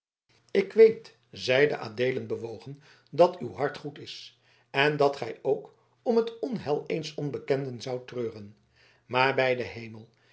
ik weet zeide adeelen bewogen dat uw hart goed is en dat gij ook om het onheil eens onbekenden zoudt treuren maar bij den hemel